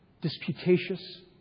disputatious